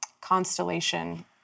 constellation